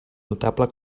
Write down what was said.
notable